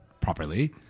properly